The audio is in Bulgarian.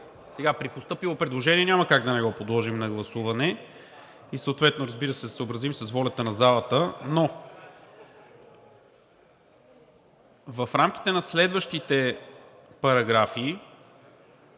при постъпило предложение няма как да не го подложим на гласуване и съответно, разбира се, се съобразим с волята на залата, но в рамките на следващите параграфи